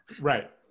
Right